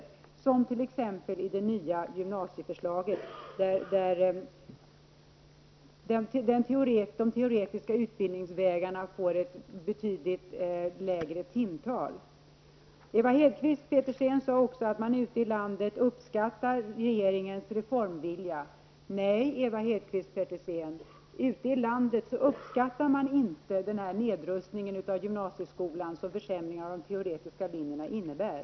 Det gäller t.ex. förslaget om de nya gymnasieskolan. De teoretiska utbildningarna får där ett betydligt mindre timantal. Ewa Hedkvist Petersen sade också att man ute i landet uppskattar regeringens reformvilja. Nej, så är det inte. Ute i landet uppskattar man inte den nedrustning av gymnasieskolan som försämringarna beträffande de teoretiska linjerna innebär.